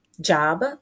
Job